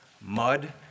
Mud